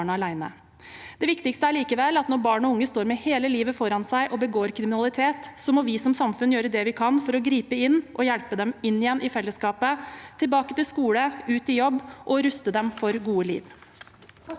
Det viktigste er likevel at når barn og unge står med hele livet foran seg og begår kriminalitet, må vi som samfunn gjøre det vi kan for å gripe inn og hjelpe dem inn igjen i fellesskapet, tilbake til skole og ut i jobb og ruste dem for et godt liv.